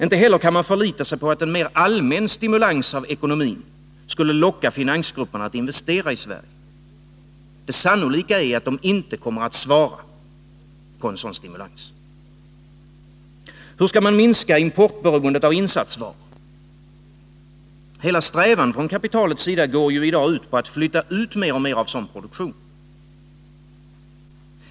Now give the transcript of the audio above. Inte heller kan man förlita sig på att en allmän stimulans av ekonomin skulle locka finansgrupperna att investera i Sverige. Det sannolika är att de inte kommer att svara på en sådan stimulans. Hur skall man minska importberoendet när det gäller insatsvaror? Hela strävan från kapitalets sida går ju ut på att flytta ut mer och mer av sådan produktion.